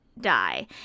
die